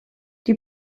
die